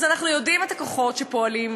אז אנחנו יודעים את הכוחות שפועלים.